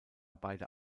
beide